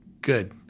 good